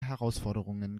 herausforderungen